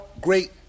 great